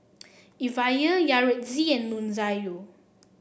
Evia Yaretzi and Nunzio